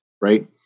right